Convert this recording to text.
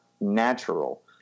natural